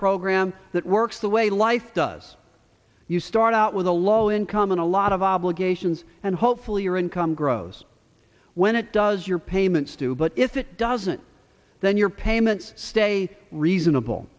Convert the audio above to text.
program that works the way life does you start out with a low income and a lot of obligations and hopefully your income grows when it does your payments too but if it doesn't then your payments stay reasonable